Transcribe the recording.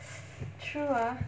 true ah